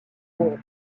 monde